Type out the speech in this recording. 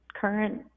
current